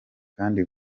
kandi